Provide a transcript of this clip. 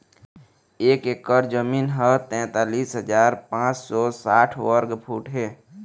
एक एकर जमीन ह तैंतालिस हजार पांच सौ साठ वर्ग फुट हे